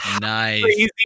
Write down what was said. Nice